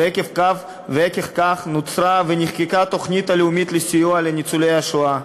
ועקב כך נוצרה ונחקקה התוכנית הלאומית לסיוע לניצולי השואה.